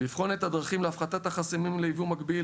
לבחון את הדרכים להפחתת החסמים ליבוא מקביל